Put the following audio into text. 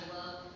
love